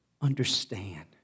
understand